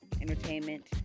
entertainment